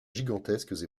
gigantesques